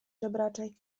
żebraczej